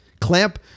clamp